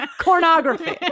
pornography